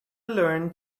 learn